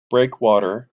breakwater